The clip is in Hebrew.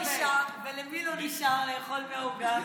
ולמי לא נשאר לאכול מהעוגה?